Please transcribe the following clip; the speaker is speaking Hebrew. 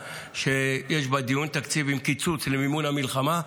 שיש בה דיון תקציב עם קיצוץ למימון המלחמה.